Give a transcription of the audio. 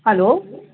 hello